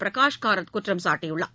பிரகாஷ் காரத் குற்றம் சாட்டியுள்ளார்